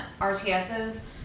RTSs